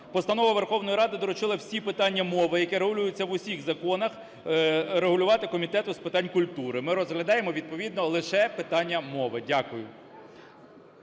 Постанова Верховної Ради доручила всі питання мови, які регулюються в усіх законах, регулювати Комітету з питань культури. Ми розглядаємо відповідно лише питання мови. Дякую.